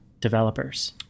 developers